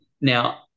Now